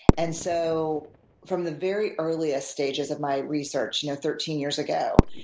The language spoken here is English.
and so from the very earliest stages of my research you know thirteen years ago,